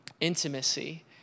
intimacy